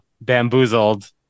bamboozled